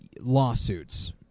lawsuits